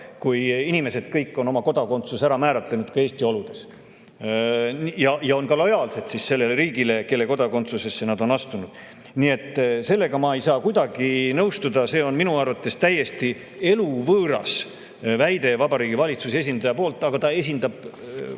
kõik inimesed oma kodakondsuse ära määratleksid ka Eesti oludes ja oleksid lojaalsed sellele riigile, mille kodakondsuse nad on valinud. Nii et sellega ma ei saa kuidagi nõustuda, see on minu arvates täiesti eluvõõras väide Vabariigi Valitsuse esindajalt, aga ta esindab